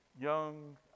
young